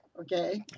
Okay